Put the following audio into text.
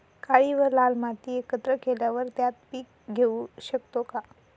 काळी व लाल माती एकत्र केल्यावर त्यात पीक घेऊ शकतो का?